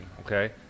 okay